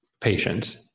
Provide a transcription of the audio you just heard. patients